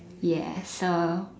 ya so